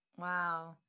Wow